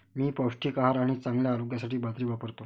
मी पौष्टिक आहार आणि चांगल्या आरोग्यासाठी बाजरी वापरतो